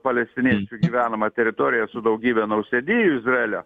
palestiniečių gyvenama teritorija su daugybe nausėdijų izraelio